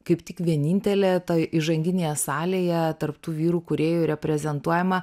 kaip tik vienintelė toj įžanginėje salėje tarp tų vyrų kūrėjų reprezentuojama